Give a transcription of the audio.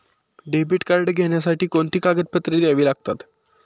Debit card घेण्यासाठी कोणती कागदपत्रे द्यावी लागतात?